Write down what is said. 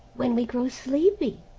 when we grow sleepy,